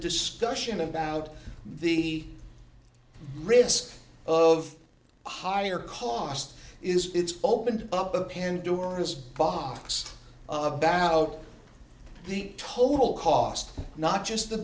discussion about the risk of higher costs is it's opened up a pandora's box of baloch the total cost not just the